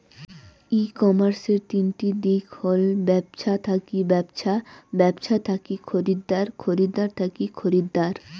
ই কমার্সের তিনটি দিক হল ব্যবছা থাকি ব্যবছা, ব্যবছা থাকি খরিদ্দার, খরিদ্দার থাকি খরিদ্দার